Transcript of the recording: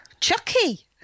Chucky